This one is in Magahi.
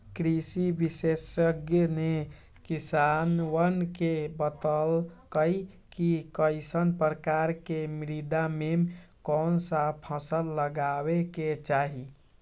कृषि विशेषज्ञ ने किसानवन के बतल कई कि कईसन प्रकार के मृदा में कौन सा फसल लगावे के चाहि